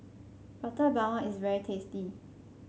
Prata Bawang is very tasty